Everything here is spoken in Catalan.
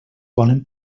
volen